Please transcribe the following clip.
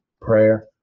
prayer